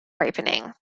ripening